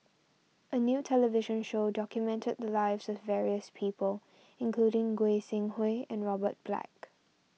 a new television show documented the lives of various people including Goi Seng Hui and Robert Black